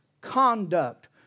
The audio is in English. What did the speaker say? conduct